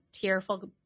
tearful